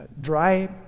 Dry